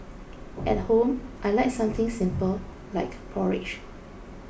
at home I like something simple like porridge